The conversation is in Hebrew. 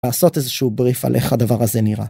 לעשות איזשהו בריף על איך הדבר הזה נראה.